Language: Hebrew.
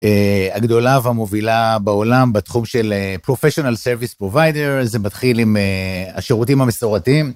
הגדולה והמובילה בעולם בתחום של professional service provider זה מתחיל עם השירותים המסורתיים.